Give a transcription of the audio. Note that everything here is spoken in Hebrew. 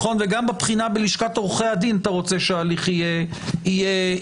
וגם בבחינה בלשכת עורכי הדין אתה רוצה שההליך יהיה הוגן.